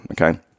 okay